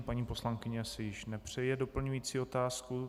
Paní poslankyně si již nepřeje doplňující otázku.